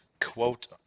quote